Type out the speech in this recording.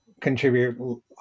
contribute